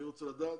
אני רוצה לדעת